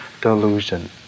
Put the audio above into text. delusion